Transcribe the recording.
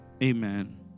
Amen